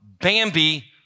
Bambi